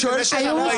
שואל שאלה.